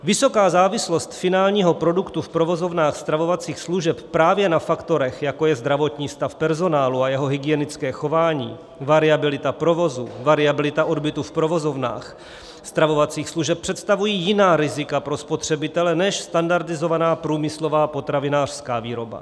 Vysoká závislost finálního produktu v provozovnách stravovacích služeb právě na faktorech, jako je zdravotní stav personálu a jeho hygienické chování, variabilita provozu, variabilita odbytu v provozovnách stravovacích služeb, představují jiná rizika pro spotřebitele než standardizovaná průmyslová potravinářská výroba.